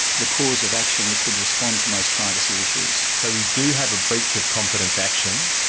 the cause of action that could respond to most privacy issues. so we do have a breach of confidence action,